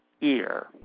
ear